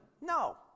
No